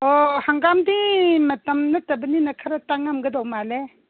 ꯑꯣ ꯍꯪꯒꯥꯝꯗꯤ ꯃꯇꯝ ꯅꯠꯇꯕꯅꯤꯅ ꯈꯔ ꯇꯥꯡꯉꯝꯒꯗꯧ ꯃꯥꯜꯂꯦ